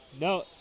No